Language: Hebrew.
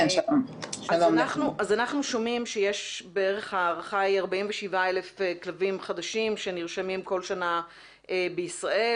אנחנו שומעים שההערכה היא 47,000 כלבים חדשים שנרשמים כל שנה בישראל,